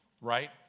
right